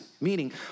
meaning